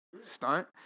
Stunt